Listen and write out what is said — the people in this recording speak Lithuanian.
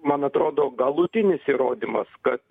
man atrodo galutinis įrodymas kad